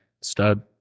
Stud